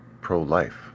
pro-life